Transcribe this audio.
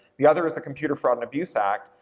the other is the computer fraud and abuse act,